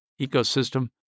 ecosystem